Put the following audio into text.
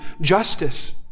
justice